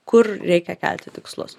kur reikia kelti tikslus